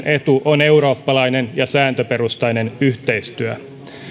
etu on eurooppalainen ja sääntöperustainen yhteistyö